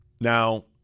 Now